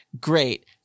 great